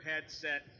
headset